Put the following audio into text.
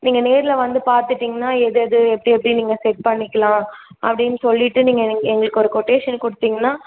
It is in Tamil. நீங்கள் நேரில் வந்து பார்த்துட்டிங்கனா எது எது எப்படி எப்படி நீங்கள் செக் பண்ணிக்கலாம் அப்படின்னு சொல்லிட்டு நீங்கள் எங்களுக்கு ஒரு கொட்டேஷன் கொடுத்தீங்கனா